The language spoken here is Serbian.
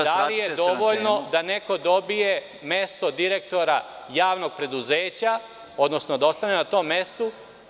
Da li je dovoljno da neko dobije mesto direktora javnog preduzeća, odnosno da ostane na tom mestu…